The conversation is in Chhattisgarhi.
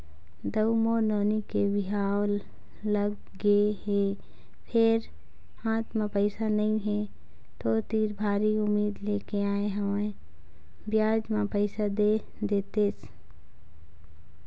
दाऊ मोर नोनी के बिहाव लगगे हे फेर हाथ म पइसा नइ हे, तोर तीर भारी उम्मीद लेके आय हंव बियाज म पइसा दे देतेस